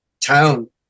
town